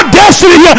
destiny